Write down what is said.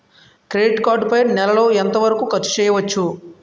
Credit card పై నెల లో ఎంత వరకూ ఖర్చు చేయవచ్చు?